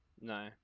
no